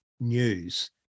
news